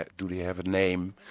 do they have a name,